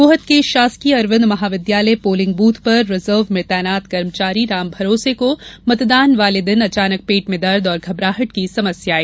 गोहद के शासकीय अरविंद महाविद्यालय पोलिंग बूथ पर रिजर्व में तैनात कर्मचारी रामभरोसे को मतदान वाले दिन अचानक पेट में दर्द और घबराहट की समस्या आई